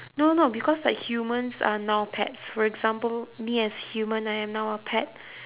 no no because like humans are now pets for example me as human I am now a pet